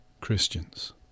Christians